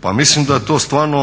Pa mislim da je to stvarno,